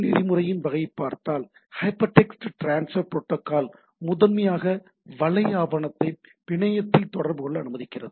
நெறிமுறையின் வகை பார்த்தால் ஹைபர்டெக்ஸ்ட் டிரான்ஸ்ஃபர் புரோட்டோகால் முதன்மையாக வலை ஆவணத்தை பிணையத்தில் தொடர்பு கொள்ள அனுமதிக்கிறது